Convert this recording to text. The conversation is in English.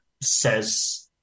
says